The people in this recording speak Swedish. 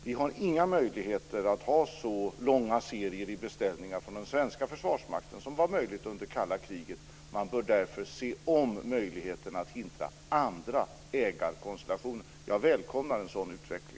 Vi har inga möjligheter att ha så långa serier i beställningar från den svenska Försvarsmakten som var möjligt under det kalla kriget. Man bör därför se om möjligheterna att hitta andra ägarkonstallationer. Jag välkomnar en sådan utveckling.